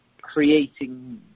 creating